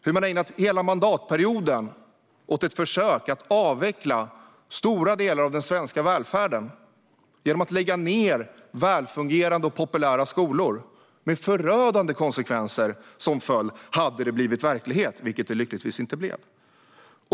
Man har ägnat hela mandatperioden åt ett försök att avveckla stora delar av den svenska välfärden genom att lägga ned välfungerande och populära skolor, med förödande konsekvenser som följd om det hade blivit verklighet, vilket det lyckligtvis inte blev.